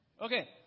Okay